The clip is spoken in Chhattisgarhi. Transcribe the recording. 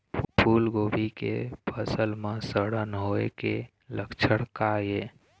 फूलगोभी के फसल म सड़न होय के लक्षण का ये?